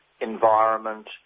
environment